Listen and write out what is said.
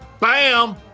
bam